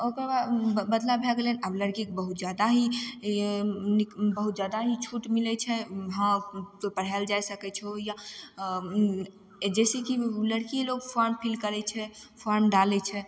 ओकरबाद बदलाव भए गेलै आब लड़कीके बहुत जादा ही बहुत जादा ही छूट मिलय छै हँ पढ़ायल जा सकय छौ या जैसँ कि लड़की लोग फॉर्म फिल करय छै फॉर्म डालय छै